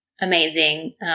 amazing